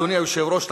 אדוני היושב-ראש,